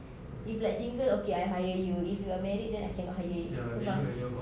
if like single okay I hire you if you are married then I cannot hire you sebab